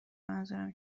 منظورم